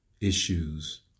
issues